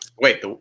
Wait